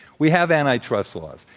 we have anti-trust laws.